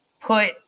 put